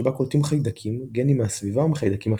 שבה קולטים חיידקים גנים מהסביבה או מחיידקים אחרים.